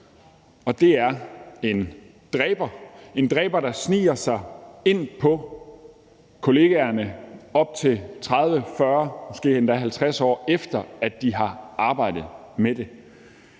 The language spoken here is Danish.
en dræber, en dræber, der sniger sig ind på kollegaerne, op til 30, 40, måske endda 50 år efter at de har arbejdet med det.